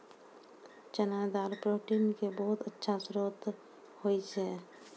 चना दाल प्रोटीन के बहुत अच्छा श्रोत होय छै